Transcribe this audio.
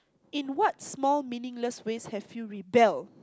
in what small meaningless ways have you rebelled